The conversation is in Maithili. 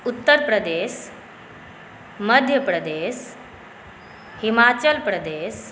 उत्तर प्रदेश मध्य प्रदेश हिमाचल प्रदेश